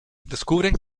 descubren